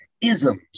isms